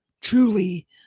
truly